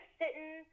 sitting